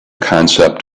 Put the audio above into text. concept